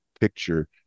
picture